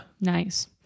Nice